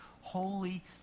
holy